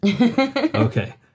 Okay